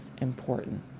important